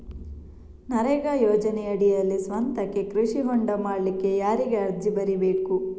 ನರೇಗಾ ಯೋಜನೆಯಡಿಯಲ್ಲಿ ಸ್ವಂತಕ್ಕೆ ಕೃಷಿ ಹೊಂಡ ಮಾಡ್ಲಿಕ್ಕೆ ಯಾರಿಗೆ ಅರ್ಜಿ ಬರಿಬೇಕು?